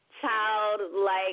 childlike